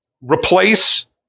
replace